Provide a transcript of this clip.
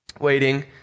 waiting